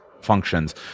functions